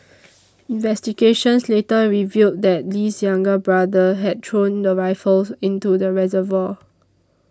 investigations later revealed that Lee's younger brother had thrown the rifles into the reservoir